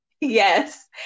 Yes